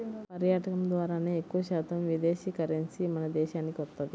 పర్యాటకం ద్వారానే ఎక్కువశాతం విదేశీ కరెన్సీ మన దేశానికి వత్తది